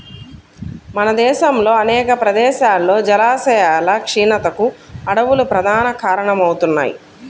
మన దేశంలో అనేక ప్రదేశాల్లో జలాశయాల క్షీణతకు అడవులు ప్రధాన కారణమవుతున్నాయి